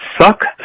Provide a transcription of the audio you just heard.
Suck